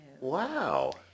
Wow